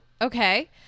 okay